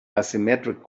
asymmetric